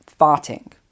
farting